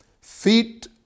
feet